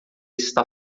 está